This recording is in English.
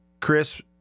Chris